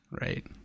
right